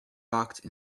balked